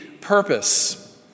purpose